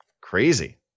crazy